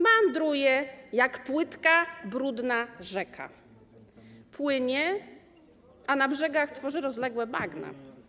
Meandruje jak płytka, brudna rzeka, płynie, a na brzegach tworzy rozległe bagna.